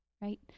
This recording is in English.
right